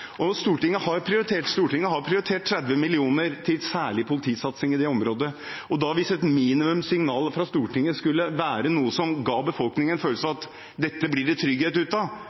vurdering. Stortinget har prioritert 30 mill. kr til særlig politisatsing i dette området, og hvis et minimumsignal fra Stortinget skulle være noe som ga befolkningen en følelse av at dette blir det trygghet ut av,